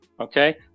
Okay